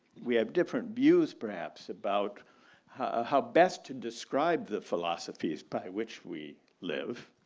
we have different views perhaps about how best to describe the philosophies by which we live